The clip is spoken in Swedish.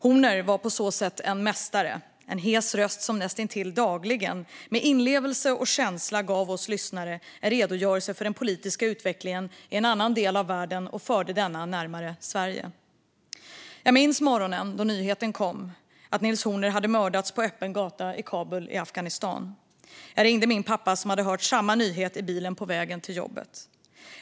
Horner var på så sätt en mästare, en hes röst som näst intill dagligen med inlevelse och känsla gav oss lyssnare en redogörelse för den politiska utvecklingen i en annan del av världen och förde denna närmare Sverige. Jag minns morgonen nyheten kom om att Nils Horner hade mördats på en öppen gata i Kabul i Afghanistan. Jag ringde min pappa som hade hört samma nyhet i bilen på vägen till jobbet.